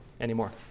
anymore